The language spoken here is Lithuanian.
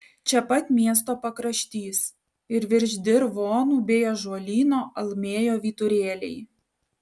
čia pat miesto pakraštys ir virš dirvonų bei ąžuolyno almėjo vyturėliai